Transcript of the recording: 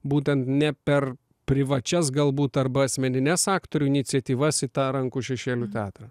būtent ne per privačias galbūt arba asmenines aktorių iniciatyvas į tą rankų šešėlių teatrą